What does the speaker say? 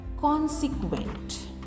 consequent